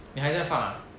你还在放 ah